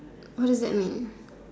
what do that mean